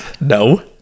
no